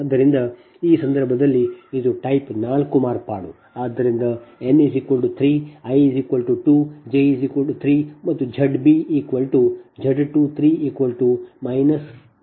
ಆದ್ದರಿಂದ ಆ ಸಂದರ್ಭದಲ್ಲಿ ಇದು ಟೈಪ್ 4 ಮಾರ್ಪಾಡು